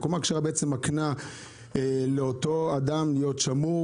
הקומה הכשרה מקנה לאותו אדם להיות שמור